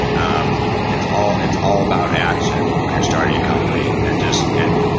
um it's all it's all about action when you're starting a company and just and